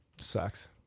Sucks